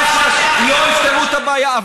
לא יפתרו את הבעיה.